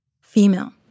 female